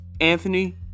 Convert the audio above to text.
Anthony